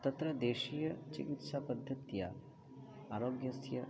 तत्र देशीयचिकित्सापद्धत्या आरोग्यस्य